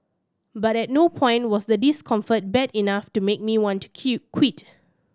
but at no point was the discomfort bad enough to make me want to Q quit